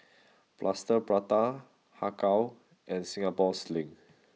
Plaster Prata Har Kow and Singapore Sling